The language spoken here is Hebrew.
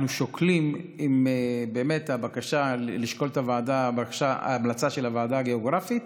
אנחנו שוקלים לשקול את ההמלצה של הוועדה הגיאוגרפית.